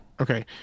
Okay